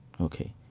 Okay